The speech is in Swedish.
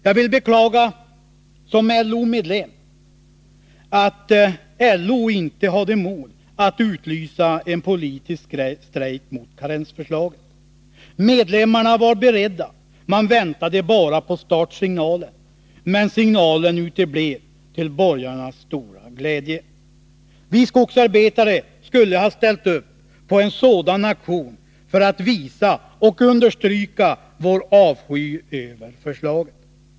Jag vill som LO-medlem beklaga att LO inte hade mod att utlysa en politisk strejk mot karensförslaget. Medlemmarna var beredda — man väntade bara på startsignalen — men signalen uteblev, till borgarnas stora glädje. Vi skogsarbetare skulle ha ställt upp bakom en sådan aktion för att visa och understryka vår avsky för förslaget.